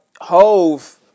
Hove